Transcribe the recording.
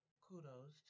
Kudos